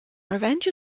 revenge